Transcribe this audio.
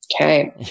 Okay